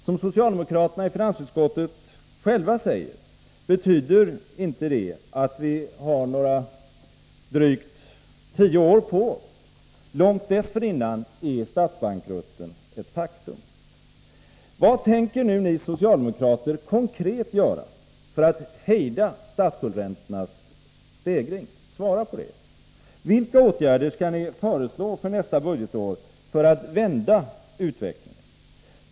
Såsom socialdemokraterna i finansutskottet själva säger betyder detta att vi inte har några tio år på oss. Långt dessförinnan är statsbankrutten ett faktum. Vad tänker nu ni socialdemokrater konkret göra för att hejda statsskuldsräntornas stegring? Svara på den frågan. Vilka åtgärder vill ni föreslå för nästa budgetår för att vända utvecklingen?